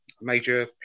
major